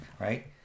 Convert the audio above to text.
Right